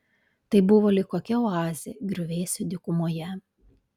tai buvo lyg kokia oazė griuvėsių dykumoje